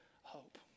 hope